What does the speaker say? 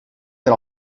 per